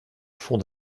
fond